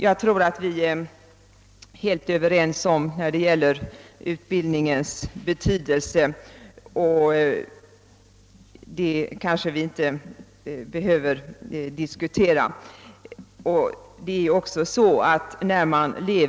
Jag tror att vi är helt överens om utbildningens betydelse, och vi behöver kanske inte diskutera den.